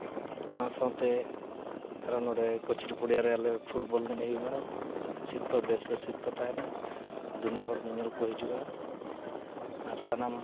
ᱚᱱᱟ ᱥᱟᱶᱛᱮ ᱟᱨ ᱦᱚᱸ ᱱᱚᱰᱮ ᱠᱚᱪᱤᱨᱤᱯᱩᱲᱤᱭᱟᱹ ᱨᱮ ᱱᱚᱰᱮ ᱟᱞᱮ ᱯᱷᱩᱴᱵᱚᱞ ᱮᱱᱮᱡᱱ ᱦᱩᱭᱩᱜᱼᱟ ᱥᱤᱨᱯᱟᱹ ᱵᱮᱹᱥ ᱵᱮᱹᱥ ᱥᱤᱨᱯᱟᱹ ᱛᱟᱦᱮᱱᱟ ᱫᱩᱱᱤᱭᱟᱹ ᱦᱚᱲ ᱧᱮᱧᱮᱞ ᱠᱚ ᱦᱤᱡᱩᱜᱼᱟ ᱟᱨ ᱥᱟᱱᱟᱢ